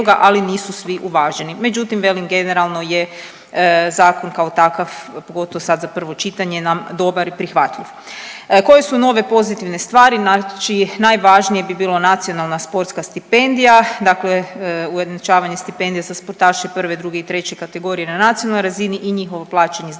ali nisu svi uvaženi, međutim velim generalno je zakon kao takav pogotovo sad za prvo čitanje nam dobar i prihvatljiv. Koje su nove pozitivne stvari? Znači najvažnije bi bilo nacionalna sportska stipendija, dakle ujednačavanje stipendije za sportaše prve, druge i treće kategorije na nacionalnoj razini i njihovo plaćanje iz državnog